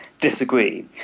disagree